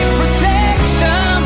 protection